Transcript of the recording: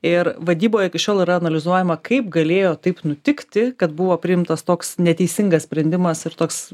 ir vadyboj iki šiol yra analizuojama kaip galėjo taip nutikti kad buvo priimtas toks neteisingas sprendimas ir toks